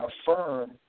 affirm